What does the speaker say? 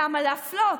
למה להפלות?